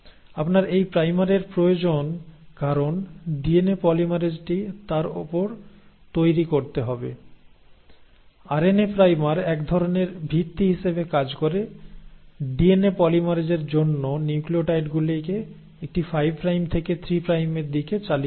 আপনার এই প্রাইমারের প্রয়োজন কারণ ডিএনএ পলিমারেজটি তার উপর তৈরি করতে হবে আরএনএ প্রাইমার এক ধরনের ভিত্তি হিসাবে কাজ করে ডিএনএ পলিমেরেজের জন্য নিউক্লিয়োটাইডগুলিকে একটি 5 প্রাইম থেকে 3 প্রাইমের দিকে চালিয়ে যেতে